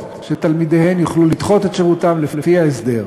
שתלמידיהן יוכלו לדחות את שירותם לפי ההסדר.